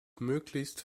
möglichst